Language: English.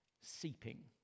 seeping